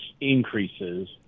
increases